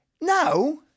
now